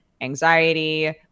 anxiety